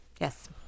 Yes